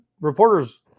reporters